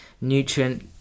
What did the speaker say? nutrient